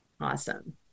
Awesome